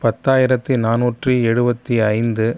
பத்தாயிரத்தி நானூற்றி எழுவத்தி ஐந்து